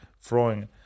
throwing